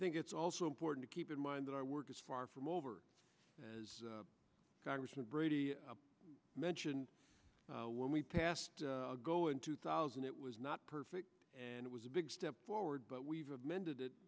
think it's also important to keep in mind that our work is far from over as congressman brady mentioned when we passed a goal in two thousand it was not perfect and it was a big step forward but we've amended